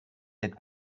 être